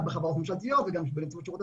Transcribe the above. גם בחברות ממשלתיות וגם בנציבות שירות המדינה,